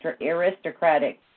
aristocratic